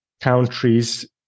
countries